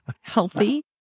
healthy